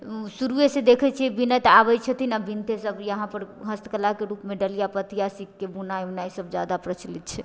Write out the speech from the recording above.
शुरूहेसँ देखै छियै बीनैत आबै छथिन आओर बीनते सब यहाँपर हस्तकलाके रूपमे डलिया पथिया सीकके बुनाई उनाइ सब जादा प्रचलित छै